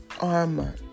armor